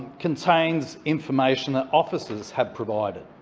contains information that officers have provided,